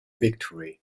victory